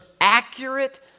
accurate